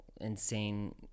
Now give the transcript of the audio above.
insane